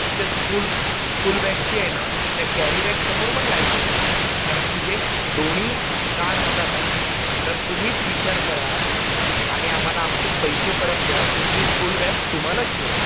तुमच्या school school बॅगची आहे ना त्या कॅरीबॅगसमोर पण लायकी नाही कारण तिचे दोन्ही कान हातात आले तर तुम्हीच विचार करा आणि आम्हाला आमचे पैसे परत द्या तुमची स्कूल बॅग तुम्हालाच ठेवा